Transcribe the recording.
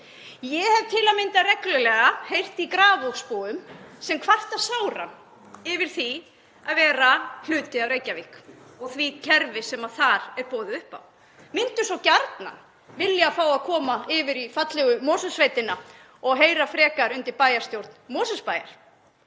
Ég hef til að mynda reglulega heyrt í Grafarvogsbúum sem kvarta sáran yfir því að vera hluti af Reykjavík og því kerfi sem þar er boðið upp á, myndu svo gjarnan vilja fá að koma yfir í fallegu Mosfellssveitina og heyra frekar undir bæjarstjórn Mosfellsbæjar.